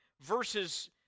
verses